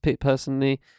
personally